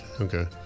Okay